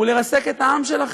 לרסק את העם שלכם,